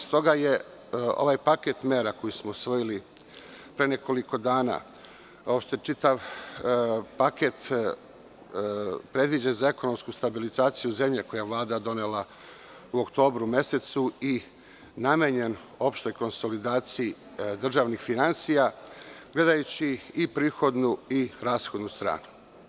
Stoga je ovaj paket mera koji smo usvojili pre nekoliko dana uopšte čitav paket predviđen za ekonomsku stabilizaciju zemlje, koji je Vlada donela u oktobru mesecu i namenjen opštoj konsolidaciji državnih finansija, gledajući i prihodnu i rashodnu stranu.